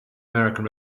american